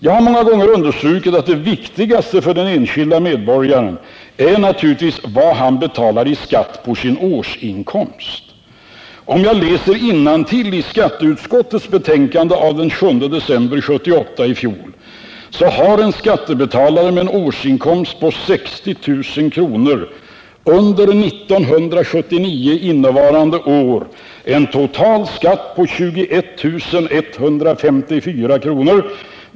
Jag har många gånger understrukit att det viktigaste för den enskilde medborgaren naturligtvis är vad han betalar i skatt på sin årsinkomst. Om jag läser innantill i skatteutskottets betänkande av den 7 december 1978 finner jag att en skattebetalare med en årsinkomst på 60 000 under 1979 — innevarande år — har en total skatt på 21154 kr.